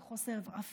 של חוסר אפליה,